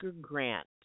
Grant